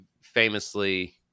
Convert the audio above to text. Famously